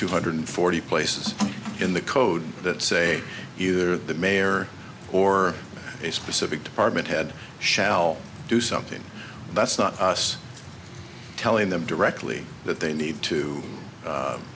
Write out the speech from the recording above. two hundred forty places in the code that say either the mayor or a specific department head shall do something that's not us telling them directly that they need to